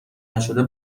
نشده